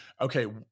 okay